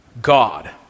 God